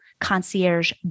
concierge